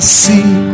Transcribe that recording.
see